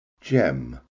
gem